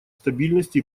стабильности